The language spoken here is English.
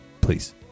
please